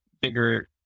bigger